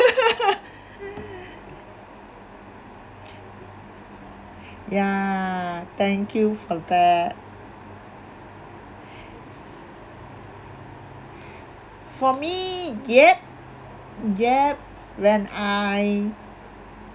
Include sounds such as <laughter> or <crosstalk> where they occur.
<laughs> ya thank you for that for me yup yup when I